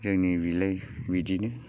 जोंनि बिलाइ बिदिनो